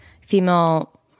female